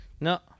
No